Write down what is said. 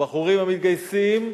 הבחורים המתגייסים,